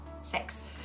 six